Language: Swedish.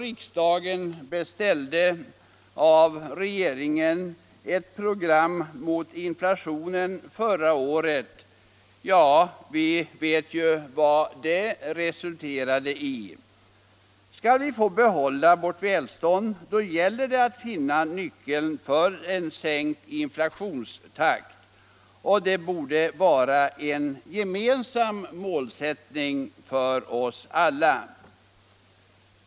Riksdagen beställde förra året ett program mot inflationen av regeringen. Vi vet vad det resulterade i. Skall vi få behålla vårt välstånd gäller det att finna nyckeln till en sänkt inflationstakt. Det borde vara en gemensam målsättning för oss alla.